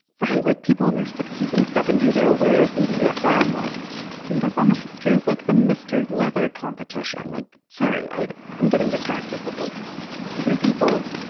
freilich people in their sixty s and seventy s are aware of bbf them like read up on the history of like the mr leather competition, like. sorry, i. i'm getting distracted. but like other people,